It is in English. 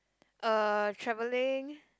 uh travelling